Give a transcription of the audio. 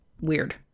weird